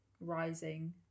rising